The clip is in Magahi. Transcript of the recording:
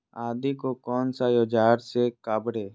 आदि को कौन सा औजार से काबरे?